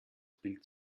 bild